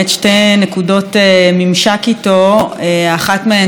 שתי נקודות ממשק איתו: אחת מהן,